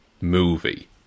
movie